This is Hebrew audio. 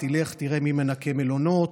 תלך תראה מי מנקה מלונות,